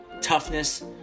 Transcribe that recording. toughness